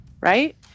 right